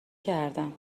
کردم